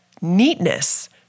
neatness